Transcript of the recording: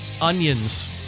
onions